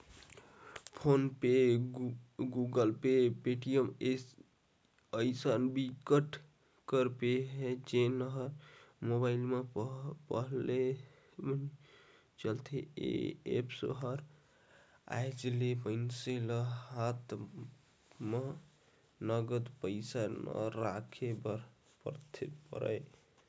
phone पे, Google Pay, Paytm अइसन बिकट कर ऐप हे जेन ह मोबाईल म चलथे ए एप्स कर आए ले मइनसे ल हात म नगद पइसा नइ राखे बर परय